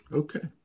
okay